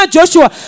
Joshua